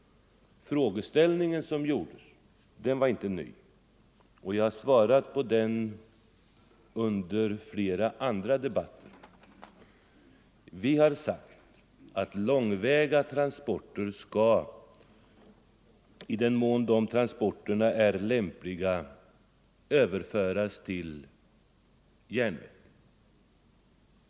Frågeställningen var inte ny, och jag har svarat på frågan under flera andra debatter. Vi har sagt att långväga transporter skall — i den mån godset är lämpligt — överföras till järnväg.